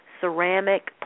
ceramic